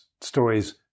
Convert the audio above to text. stories